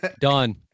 Done